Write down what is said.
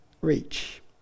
reach